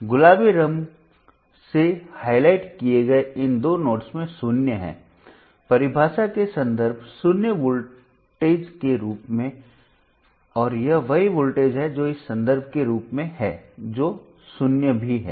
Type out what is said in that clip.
इसलिए गुलाबी रंग से हाइलाइट किए गए इन दो नोड्स में 0 है परिभाषा के संदर्भ शून्य वोल्टेज के रूप में और यह वही वोल्टेज है जो इस संदर्भ के रूप में है जो शून्य भी है